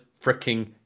freaking